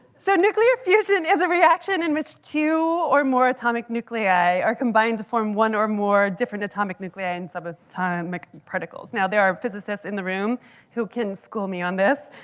so nuclear fusion is a reaction in which two or more atomic nuclei are combined to form one or more different atomic nuclei in subatomic particles. now there are physicists in the room who can school me on this.